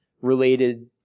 related